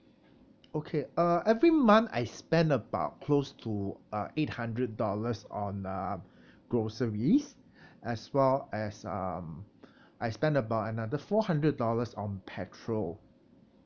okay uh every month I spend about close to uh eight hundred dollars on uh groceries as well as um I spend about another four hundred dollars on petrol